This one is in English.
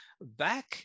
back